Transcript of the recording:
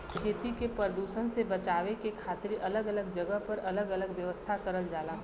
खेती के परदुसन से बचे के खातिर अलग अलग जगह पर अलग अलग व्यवस्था करल जाला